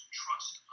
trust